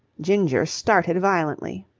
ginger started violently.